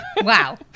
Wow